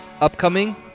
Upcoming